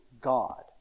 God